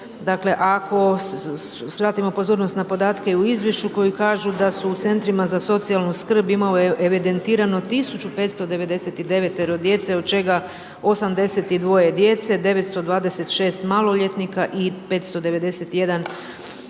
osobito ako shvatimo pozornost na podatke u izvješću koji kažu da su u CZSS-ima imalo evidentirano 1599 djece od čega 82 djece, 926 maloljetnika i 591 pripadnik